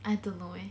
I don't know eh